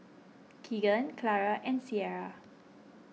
Keagan Clara and Ciara